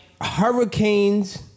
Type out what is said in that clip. Hurricanes